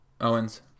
Owens